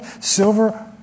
silver